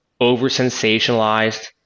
over-sensationalized